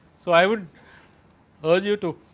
so, i would earlier to